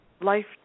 life